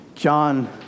John